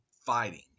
fighting